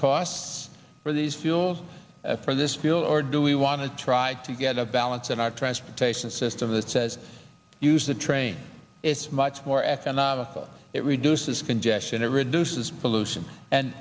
costs for these fuels for this bill or do we want to try to get a balance in our transportation system that says use the train it's much more economical it reduces congestion it reduces pollution and